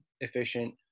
efficient